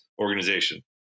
organization